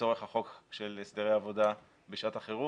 לצורך החוק של הסדרי עבודה בשעת החירום,